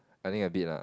I think a bit ah